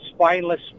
spineless